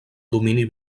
domini